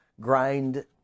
grind